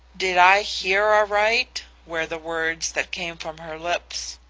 did i hear aright were the words that came from her lips.